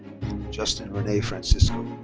justin rene francisco.